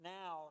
now